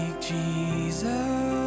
Jesus